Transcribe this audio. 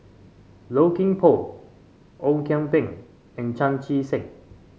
Low Kim Pong Ong Kian Peng and Chan Chee Seng